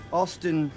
Austin